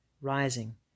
rising